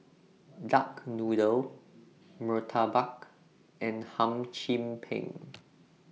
Duck Noodle Murtabak and Hum Chim Peng